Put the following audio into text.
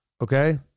okay